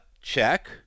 check